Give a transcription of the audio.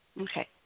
Okay